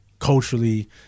Culturally